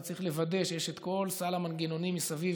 אתה צריך לוודא שיש את כל סל המנגנונים מסביב,